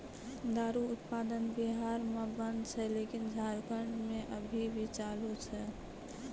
दारु उत्पादन बिहार मे बन्द छै लेकिन झारखंड मे अभी भी चालू छै